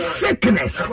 sickness